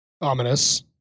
ominous